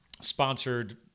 sponsored